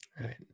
right